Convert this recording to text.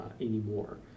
anymore